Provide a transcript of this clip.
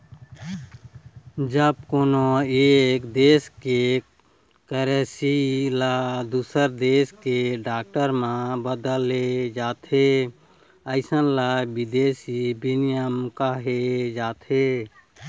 जब कोनो एक देस के करेंसी ल दूसर देस के डॉलर म बदले जाथे अइसन ल बिदेसी बिनिमय कहे जाथे